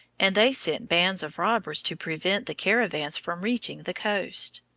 and they sent bands of robbers to prevent the caravans from reaching the coast.